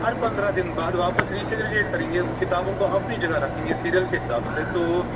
ہر پندرہ دن بعد واپس ریسیگریگیٹ کریں گے اور کتابوں کو اپنی جگہ رکھیں گے سیریل کے حساب سے تو